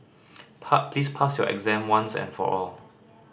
please pass your exam once and for all